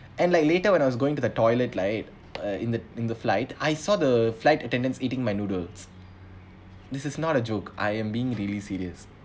and like later when I was going to the toilet right uh in the in the flight I saw the flight attendants eating my noodles this is not a joke I am being really serious